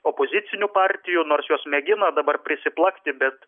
opozicinių partijų nors jos mėgino dabar prisiplakti bet